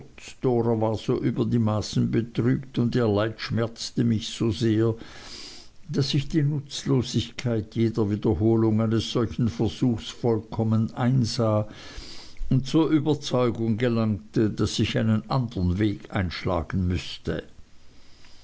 dora war so über die maßen betrübt und ihr leid schmerzte mich so sehr daß ich die nutzlosigkeit jeder wiederholung eines solchen versuchs vollkommen einsah und zur überzeugung gelangte daß ich einen andern weg einschlagen müßte